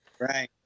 Right